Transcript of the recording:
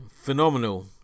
phenomenal